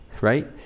right